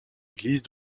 église